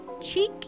Cheek